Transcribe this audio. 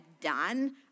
done